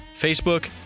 Facebook